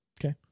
Okay